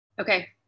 Okay